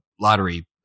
lottery